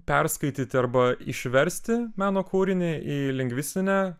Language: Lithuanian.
perskaityti arba išversti meno kūrinį į lingvistinę